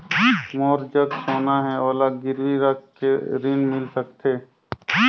मोर जग सोना है ओला गिरवी रख के ऋण मिल सकथे?